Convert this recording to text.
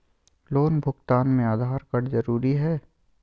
Loan भुगतान में Aadhaar card जरूरी है?